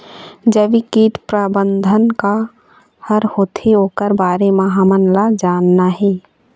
जैविक कीट प्रबंधन का हर होथे ओकर बारे मे हमन ला जानना हे?